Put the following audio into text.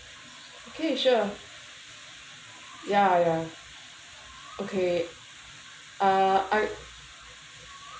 okay sure ya ya okay uh I